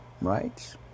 right